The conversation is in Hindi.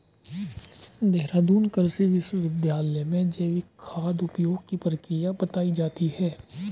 देहरादून कृषि विश्वविद्यालय में जैविक खाद उपयोग की प्रक्रिया बताई जाती है